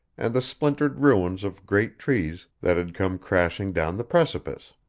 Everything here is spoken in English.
and the splintered ruins of great trees that had come crashing down the precipice.